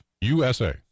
USA